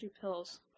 pills